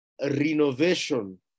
renovation